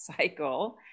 cycle